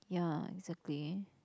ya exactly